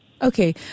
Okay